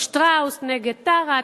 "שטראוס" נגד "טרה",